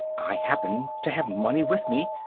i happen to have money with me.